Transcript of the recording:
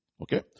Okay